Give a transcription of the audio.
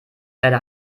leider